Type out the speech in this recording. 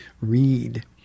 read